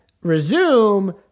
resume